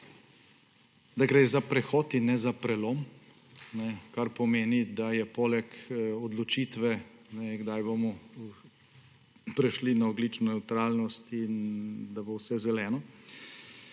da gre za prehod in ne za prelom, kar pomeni, da je poleg odločitve, kdaj bomo prešli na ogljično nevtralnost in da bo vse zeleno,